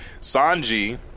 Sanji